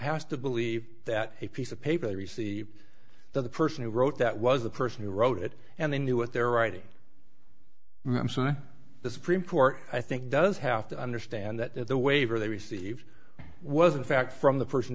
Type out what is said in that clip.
has to believe that a piece of paper they receive that the person who wrote that was the person who wrote it and they knew what they're writing and so now the supreme court i think does have to understand that the waiver they received was in fact from the person